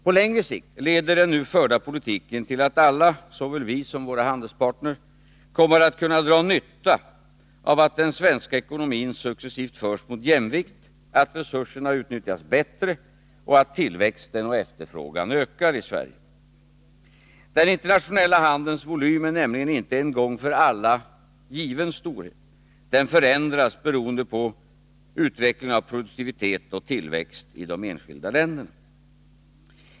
På längre sikt leder den nu förda politiken till att alla,.såväl vi som våra handelspartner, kommer att kunna dra nytta av att den svenska ekonomin successivt förs mot jämvikt, att resurserna utnyttjas bättre och att tillväxten och efterfrågan ökar i Sverige. Den internationella handelns volym är nämligen inte en given storhet en gång för alla; den förändras beroende på produktivitetsoch tillväxtutvecklingen i de enskilda länderna.